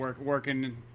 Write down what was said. working